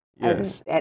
Yes